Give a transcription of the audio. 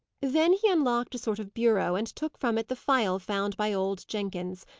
then he unlocked a sort of bureau, and took from it the phial found by old jenkins,